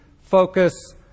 focus